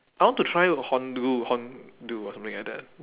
I want to try or something like that ah